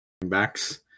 backs